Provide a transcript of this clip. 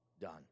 done